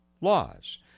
laws